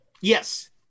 Yes